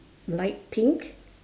light pink